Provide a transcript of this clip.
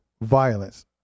violence